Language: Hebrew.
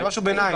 זה משהו ביניים.